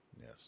yes